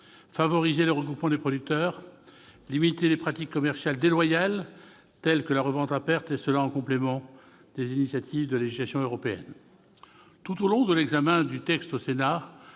favoriser le regroupement des producteurs, limiter les pratiques commerciales déloyales, telles que la revente à perte, en complément des initiatives législatives européennes. Tout au long de l'examen du texte au Sénat,